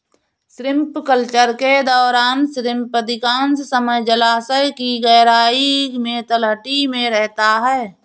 shrimp culture के दौरान shrimp अधिकांश समय जलायश की गहराई में तलहटी में रहता है